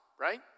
right